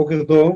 בוקר טוב,